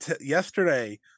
yesterday